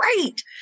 great